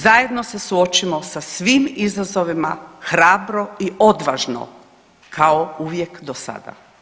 Zajedno se suočimo sa svim izazovima hrabro i odvažno kao uvijek do sada.